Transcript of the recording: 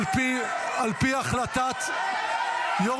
הינה, הינה